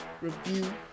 review